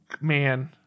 man